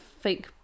fake